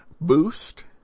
boost